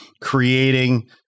creating